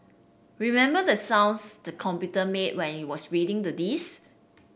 remember the sounds the computer made when it was reading the disk